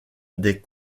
des